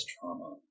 trauma